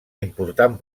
important